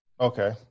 Okay